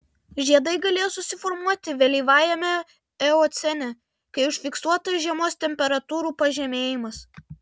žiedai galėjo susiformuoti vėlyvajame eocene kai užfiksuotas žiemos temperatūrų pažemėjimas